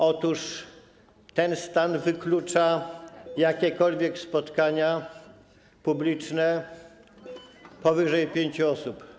Otóż ten stan wyklucza jakiekolwiek spotkania publiczne powyżej pięciu osób.